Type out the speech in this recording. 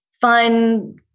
fun